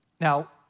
Now